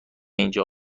اینجا